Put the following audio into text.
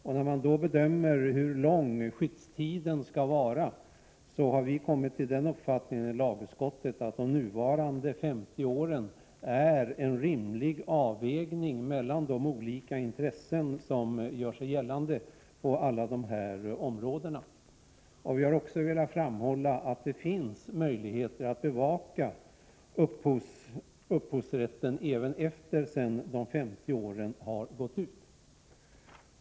När det gäller att bedöma hur lång skyddstiden skall vara har vi kommit till uppfattningen i lagutskottet att de nuvarande 50 åren är en rimlig avvägning mellan de olika intressen som gör sig gällande på alla dessa områden. Vi har också velat framhålla att det finns möjligheter att bevaka upphovsrätten även efter sedan de 50 åren har gått ut.